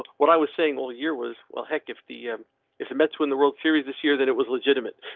what i was saying all year was well, heck, if the um if the mets win the world series this year that it was legitimate.